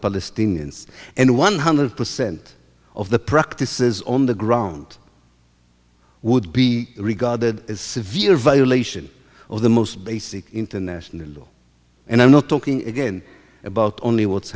palestinians and one hundred percent of the practices on the ground would be regarded as severe violation of the most basic international law and i'm not talking again about only what's